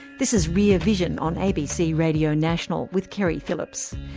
this is rear vision on abc radio national with keri phillips.